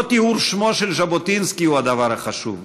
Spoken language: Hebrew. לא טיהור שמו של ז'בוטינסקי הוא הדבר החשוב,